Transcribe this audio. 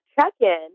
check-in